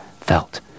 felt